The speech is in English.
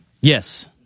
Yes